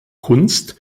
kunst